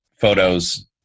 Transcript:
photos